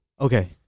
okay